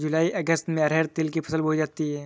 जूलाई अगस्त में अरहर तिल की फसल बोई जाती हैं